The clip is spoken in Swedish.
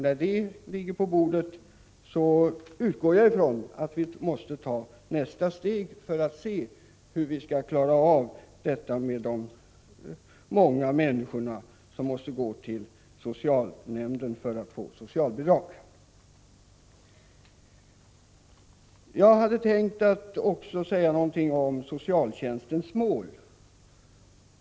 När den ligger på bordet utgår jag ifrån att vi måste ta ett nästa steg för att se hur vi kan klara av detta att människorna måste gå till socialnämnden för att få socialbidrag. Jag hade tänkt att också säga något om socialtjänstens mål.